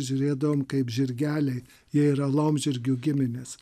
žiūrėdavom kaip žirgeliai jie yra laumžirgių giminės